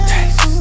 Taste